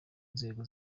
nzego